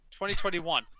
2021